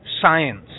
science